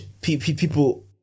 people